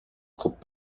خوب